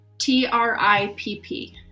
t-r-i-p-p